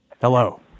Hello